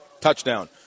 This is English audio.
touchdown